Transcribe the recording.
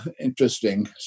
interesting